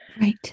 Right